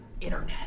internet